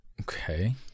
Okay